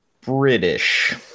british